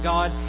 God